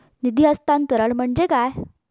निधी हस्तांतरण म्हणजे काय?